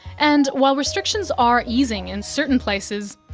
and while restrictions are easing in certain places,